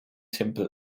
tempel